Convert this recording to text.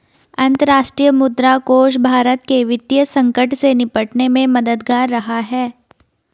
अंतर्राष्ट्रीय मुद्रा कोष भारत के वित्तीय संकट से निपटने में मददगार रहा है